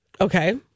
Okay